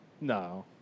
No